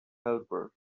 helper